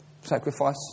sacrifice